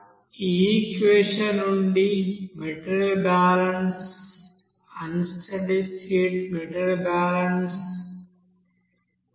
ఈ ఈక్వెషన్ నుండి material balance unsteady state material balance